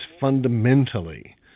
fundamentally